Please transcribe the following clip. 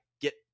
get